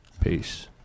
Peace